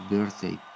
Birthday